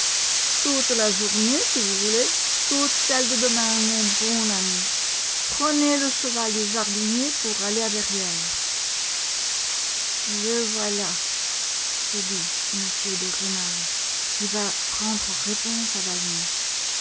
toute la journée si vous voulez toute celle de demain mon bon ami prenez le cheval du jardinier pour aller à verrières le voilà se dit m de rênal qui va rendre réponse